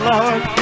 Lord